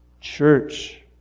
church